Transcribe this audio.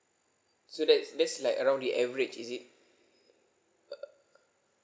so that's that's like around the average is it uh